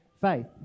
faith